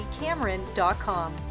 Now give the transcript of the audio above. Cameron.com